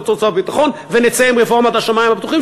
הוצאות הביטחון ונצא עם רפורמת השמים הפתוחים,